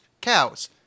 cows